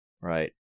Right